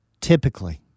typically